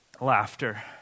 laughter